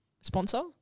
sponsor